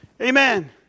Amen